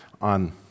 on